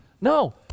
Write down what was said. No